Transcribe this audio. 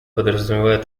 подразумевает